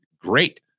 Great